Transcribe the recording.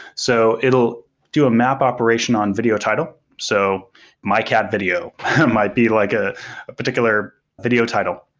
so it'll do a map operation on video title. so my cat video might be like a particular video title,